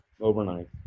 overnight